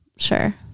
sure